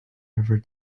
ever